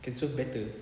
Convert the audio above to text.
can swerve better